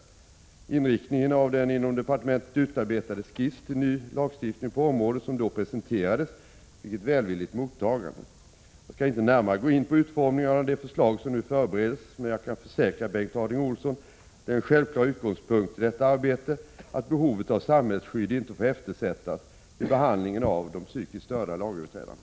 Inriktningen av den inom departementet utarbetade skiss till ny lagstiftning på området som då presenterades fick ett välvilligt mottagande. Jag skall inte närmare gå in på utformningen av det förslag som nu förbereds. Men jag kan försäkra Bengt Harding Olson att det är en självklar utgångspunkt i detta arbete att behovet av samhällsskydd inte får eftersättas vid behandlingen av de psykiskt störda lagöverträdarna.